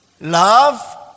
love